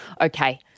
okay